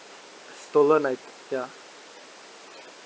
stolen i~ ya